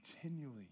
continually